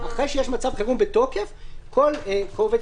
אחרי שיש מצב חירום בתוקף כל קובץ